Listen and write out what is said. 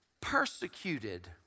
persecuted